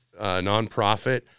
Nonprofit